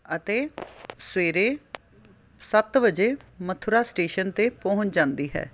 ਅਤੇ ਸਵੇਰੇ ਸੱਤ ਵਜੇ ਮਥੁਰਾ ਸਟੇਸ਼ਨ 'ਤੇ ਪਹੁੰਚ ਜਾਂਦੀ ਹੈ